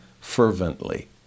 fervently